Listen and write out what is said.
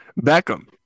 Beckham